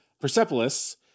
Persepolis